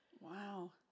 Wow